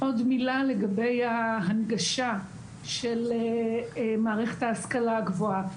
עוד מילה לגבי ההנגשה של מערכת ההשכלה הגבוהה.